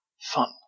fun